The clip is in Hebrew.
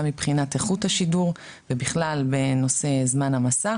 גם מבחינת איכות השידור ובכלל בנושא זמן המסך,